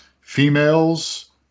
Females